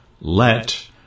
Let